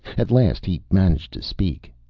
at last he managed to speak.